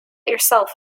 yourself